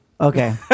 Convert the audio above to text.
Okay